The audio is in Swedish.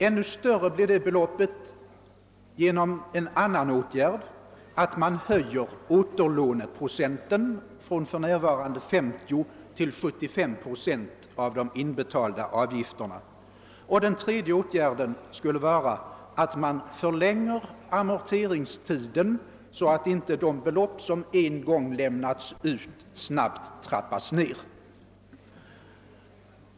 Ännu större blir det beloppet genom det andra sättet, att höja återlåneprocenten från för närvarande 50 till 75 procent av de inbetalda avgifterna. Det tredje sättet är att förlänga amorteringstiden, så att inte de belopp som en gång lämnats ut snabbt trappas ned.